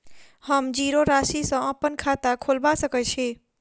हम जीरो राशि सँ अप्पन खाता खोलबा सकै छी?